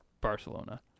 Barcelona